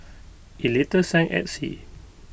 IT later sank at sea